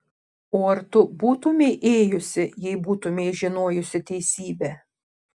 o ar tu būtumei ėjusi jei būtumei žinojusi teisybę